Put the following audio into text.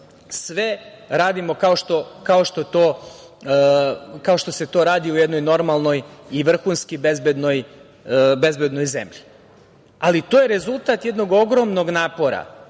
sve radimo kao što se to radi u jednoj normalnoj i vrhunski bezbednoj zemlji. To je rezultat jednog ogromnog napora